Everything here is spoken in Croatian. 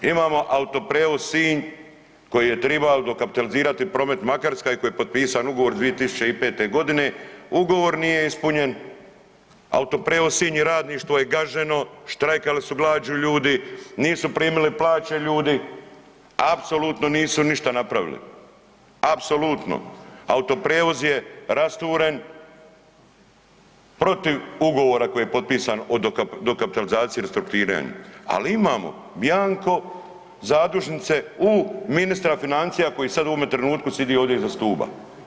Imamo Autoprijevoz Sinj koji je tribao dokapitalizirati Promet Makarska i koji je potpisan ugovor 2005. godine, ugovor nije ispunjen, Autoprijevoz Sinj i radništvo je gaženo, štrajkali su glađu ljudi, nisu primili plaće ljudi, apsolutno nisu ništa napravili, apsolutno, Autoprijevoz je rasturen protiv ugovora koji je potpisan o dokapitalizaciji i restrukturiranju, ali imamo bianco zadužnice u ministra financija koji sad u ovome trenutku sidi ovdje iza stuba.